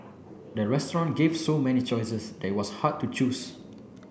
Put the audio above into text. the restaurant gave so many choices that it was hard to choose